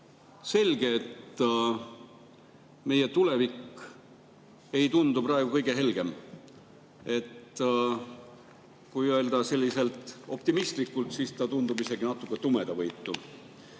selge, et meie tulevik ei tundu praegu kõige helgem. Kui öelda selliselt optimistlikult, siis ta tundub isegi natuke tumedavõitu.